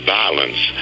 violence